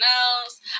else